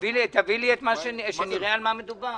תביא לי, שנראה על מה מדובר.